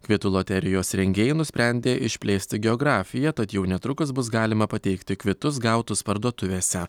kvitų loterijos rengėjai nusprendė išplėsti geografiją tad jau netrukus bus galima pateikti kvitus gautus parduotuvėse